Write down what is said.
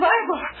Bible